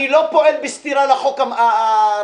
אני לא פועל בסתירה לחוק הראשי.